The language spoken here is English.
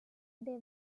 they